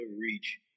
Reach